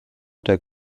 der